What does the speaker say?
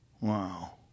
Wow